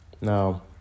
Now